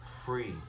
free